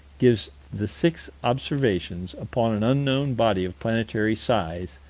gives the six observations upon an unknown body of planetary size,